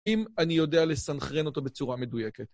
אם אני יודע לסנכרן אותו בצורה מדויקת.